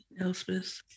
Elspeth